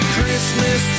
Christmas